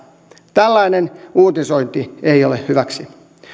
tällainen uutisointi ei ole hyväksi